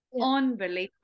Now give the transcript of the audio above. unbelievable